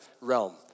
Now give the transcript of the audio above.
realm